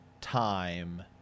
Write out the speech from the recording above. time